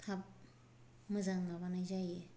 थाब मोजां माबानाय जायो